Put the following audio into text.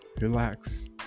relax